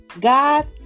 God